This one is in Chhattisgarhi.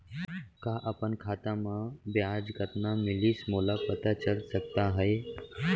का अपन खाता म ब्याज कतना मिलिस मोला पता चल सकता है?